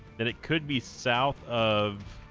then it could be south of